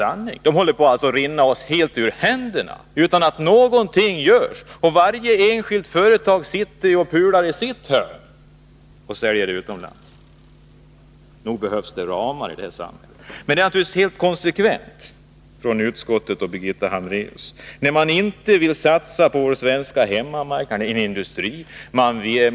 Möjligheterna håller på att rinna oss helt ur händerna utan att någonting görs. Och varje enskilt företag sitter och pular i sitt hörn och säljer utomlands. Nog behövs det ramar i det här samhället! Men det är naturligtvis helt konsekvent av utskottet och Birgitta Hambraeus att inte vilja satsa på vår hemmamarknad, på svensk industri.